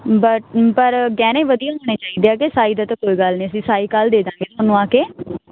but ਪਰ ਗਹਿਣੇ ਵਧੀਆ ਹੋਣੇ ਚਾਈਦੇ ਐ ਕਿ ਸਾਈ ਦਾ ਤਾਂ ਕੋਈ ਗੱਲ ਨੀ ਅਸੀਂ ਸਾਈ ਕੱਲ੍ਹ ਦੇ ਦਾਂਗੇ ਥੋਨੂੰ ਆ ਕੇ